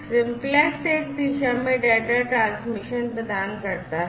Simplex एक दिशा में डेटा ट्रांसमिशन प्रदान करता है